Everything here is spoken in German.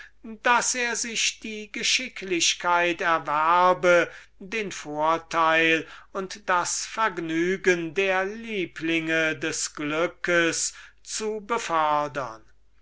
daß er sich die geschicklichkeit erwerbe den vorteil und das vergnügen der lieblinge des glückes zu befördern